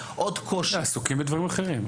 עסוקים בדברים אחרים.